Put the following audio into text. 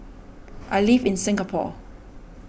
I live in Singapore